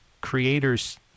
creators